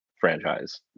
franchise